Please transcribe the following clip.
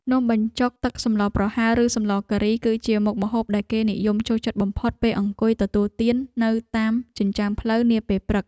នំបញ្ចុកទឹកសម្លប្រហើរឬសម្លការី គឺជាមុខម្ហូបដែលគេនិយមចូលចិត្តបំផុតពេលអង្គុយទទួលទាននៅតាមចិញ្ចើមផ្លូវនាពេលព្រឹក។